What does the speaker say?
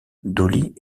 dolly